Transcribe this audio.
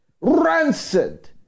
rancid